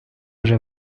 вже